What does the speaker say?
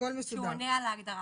--- הוא עונה על ההגדרה.